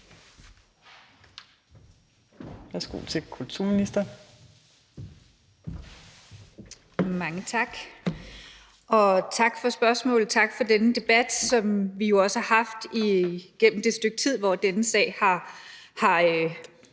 tak for spørgsmålet, og tak for denne debat, som vi jo har haft igennem det stykke tid, hvor denne sag